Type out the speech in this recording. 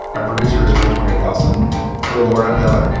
a producer is rosemary bellson for laura miller.